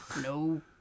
No